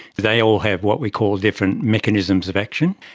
they all have what we call different mechanisms of action,